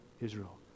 Israel